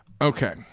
Okay